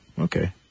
Okay